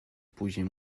później